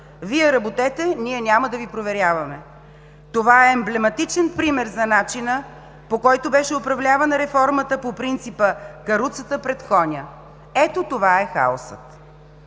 „Вие работете, ние няма да Ви проверяваме.“. Това е емблематичен пример за начина, по който беше управлявана реформата по принципа „каруцата пред коня“. Ето това е хаосът.